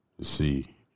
See